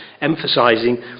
emphasising